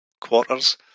quarters